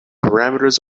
parameters